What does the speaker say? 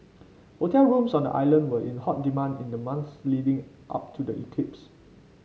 hotel rooms on the island were in hot demand in the months leading up to the eclipse